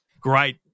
great